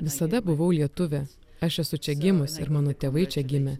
visada buvau lietuvė aš esu čia gimusi ir mano tėvai čia gimė